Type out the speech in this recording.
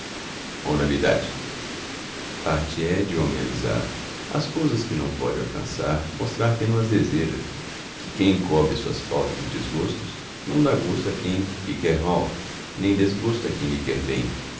moralidade parte he de homem avisado ff as couças que não pode alcançar f mostrar que naô as deseja j que uem encobre suas faltas e des biços p íiaõ dá gosto quem lhe quer mal nem desgosto a quem n líie quer bem